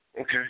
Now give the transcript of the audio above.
Okay